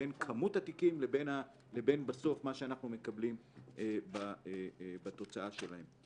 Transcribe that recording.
בין כמות התיקים לבין בסוף מה שאנחנו מקבלים בתוצאה שלהם.